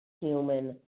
human